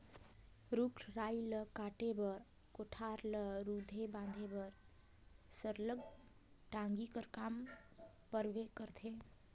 रूख राई ल काटे बर, कोठार ल रूधे बांधे बर सरलग टागी कर काम परबे करथे